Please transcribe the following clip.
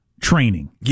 training